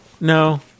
No